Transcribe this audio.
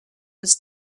was